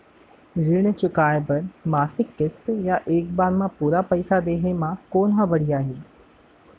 ऋण चुकोय बर मासिक किस्ती या एक बार म पूरा पइसा देहे म कोन ह बढ़िया हे?